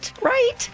right